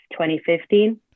2015